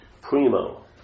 primo